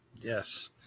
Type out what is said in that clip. Yes